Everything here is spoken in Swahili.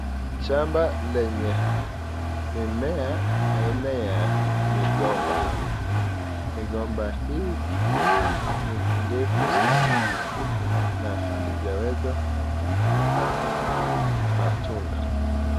Shamba lenye mimea haina ya migomba. Migomba hii ni defu sana na halijaweza kupata matunda.